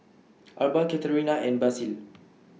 Arba Katerina and Basil